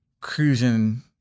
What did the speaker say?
cruising